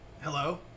Hello